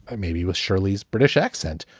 maybe with shirleys. british accent.